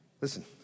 Listen